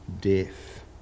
death